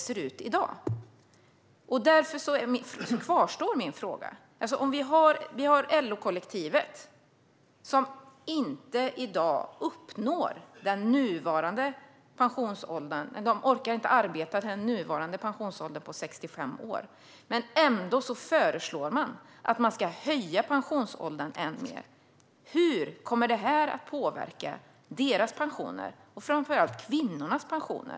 Människor i LO-kollektivet orkar i dag inte arbeta till den nuvarande pensionsåldern på 65 år. Ändå föreslår man att pensionsåldern ska höjas ännu mer. Hur kommer det att påverka deras, och framför allt kvinnornas, pensioner?